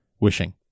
wishing